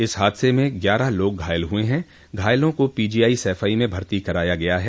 इस हादसे में ग्यारह लोग घायल हुए हैं घायलों को पीजीआई सैफई में भर्ती कराया गया है